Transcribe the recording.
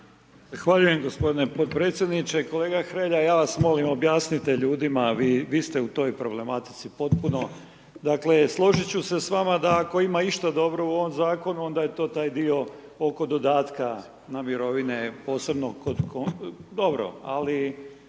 i gospodine podpredsjedniče. Kolega Hrelja, ja vas molim objasnite ljudima, vi ste u toj problematici potpuno. Dakle, složit ću se s vama da ako ima išta dobro u ovom Zakonu, onda je to taj dio oko dodatka na mirovine, posebno kod,